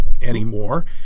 anymore